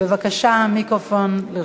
בבקשה, המיקרופון לרשותך.